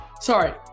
Sorry